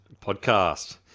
podcast